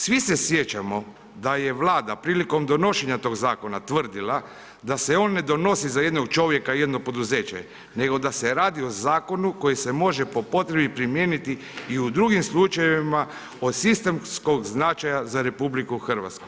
Svi se sjećamo da je Vlada prilikom donošenja tog zakona tvrdila da se on ne donosi za jednog čovjeka i jedno poduzeće, nego da se radi o zakonu koji se može po potrebi primijeniti i u drugim slučajevima od sistemskog značaja za RH.